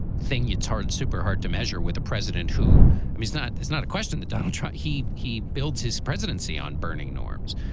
thing. it's hard, super hard to measure with a president who is not it's not a question. donald trump, he he builds his presidency on burning norms.